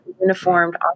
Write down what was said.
uniformed